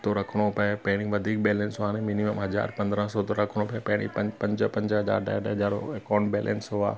थो रखणो पए पहिरीं वधीक बैंलेस वारे मिनिमम हज़ार पंद्रहं सौ थो रखणो पए पहिरीं पंज पंज हज़ार ॾह ॾह हज़ार अकाउंट बैलेंस हुआ